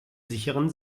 sicheren